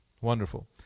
Wonderful